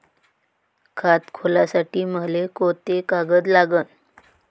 खात खोलासाठी मले कोंते कागद लागन?